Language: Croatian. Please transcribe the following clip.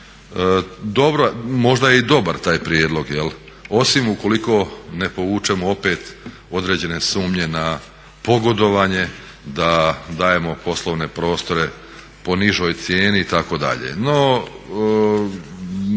Možda je i dobar taj prijedlog, osim ukoliko ne povučemo opet određene sumnje na pogodovanje da dajemo poslovne prostore po nižoj cijeni itd.